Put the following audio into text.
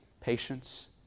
patience